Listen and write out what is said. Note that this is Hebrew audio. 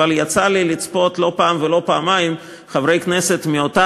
אבל יצא לי לצפות לא פעם ולא פעמיים בחברי כנסת מאותה